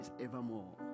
evermore